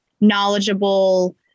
knowledgeable